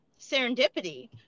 serendipity